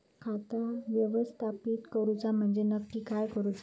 खाता व्यवस्थापित करूचा म्हणजे नक्की काय करूचा?